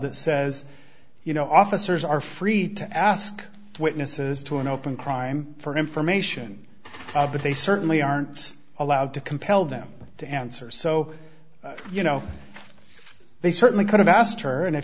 that says you know officers are free to ask witnesses to an open crime for information but they certainly aren't allowed to compel them to answer so you know they certainly could have asked her and if